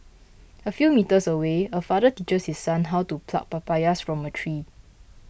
a few metres away a father teaches his son how to pluck papayas from a tree